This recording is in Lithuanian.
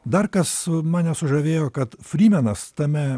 dar kas mane sužavėjo kad frymenas tame